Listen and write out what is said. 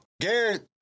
Garrett